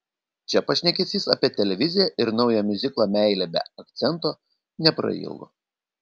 čia pašnekesys apie televiziją ir naują miuziklą meilė be akcento neprailgo